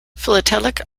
philatelic